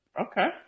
Okay